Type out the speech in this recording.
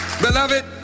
beloved